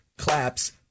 Claps